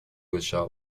گشا